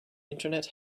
internet